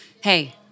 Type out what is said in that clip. hey